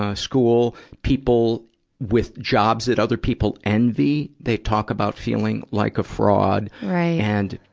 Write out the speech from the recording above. ah school, people with jobs that other people envy, they talk about feeling like a fraud. and,